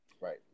Right